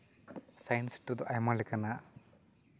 science city ᱨᱮᱫᱚ ᱟᱭᱢᱟ ᱞᱮᱠᱟᱱᱟᱜ